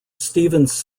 stephens